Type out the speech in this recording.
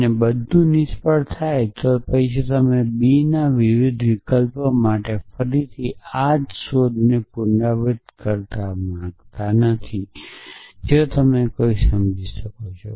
અને બધુ નિષ્ફળ થાય છે તમે બીના વિવિધ વિકલ્પ માટે ફરીથી આ જ શોધને પુનરાવર્તિત કરવા માંગતા નથી જો તમે કોઈક સમજી શકો છે